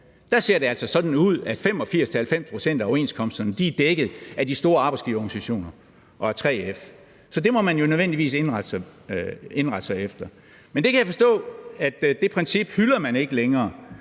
der ser det altså sådan ud, at 85-90 pct. af overenskomsterne er dækket af de store arbejdsgiverorganisationer og af 3F, så det må man jo nødvendigvis indrette sig efter. Men jeg kan forstå, at det princip hylder man ikke længere